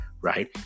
right